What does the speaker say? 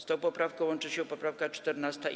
Z tą poprawką łączy się poprawka 14.